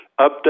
update